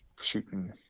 shooting